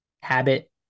Habit